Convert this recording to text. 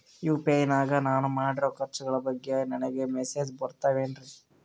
UPI ನಾಗ ನಾನು ಮಾಡಿರೋ ಖರ್ಚುಗಳ ಬಗ್ಗೆ ನನಗೆ ಮೆಸೇಜ್ ಬರುತ್ತಾವೇನ್ರಿ?